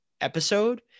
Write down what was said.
episode